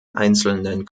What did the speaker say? einzelnen